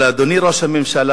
אבל, אדוני ראש הממשלה,